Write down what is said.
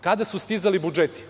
Kada su stizali budžeti?